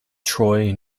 troy